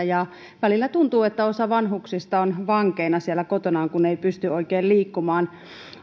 ja välillä tuntuu että osa vanhuksista on vankeina siellä kotonaan kun ei pysty oikein liikkumaan